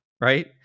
right